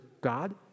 God